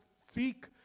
seek